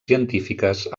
científiques